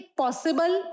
possible